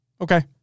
Okay